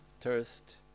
thirst